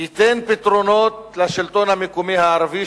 ייתן פתרונות לשלטון המקומי הערבי,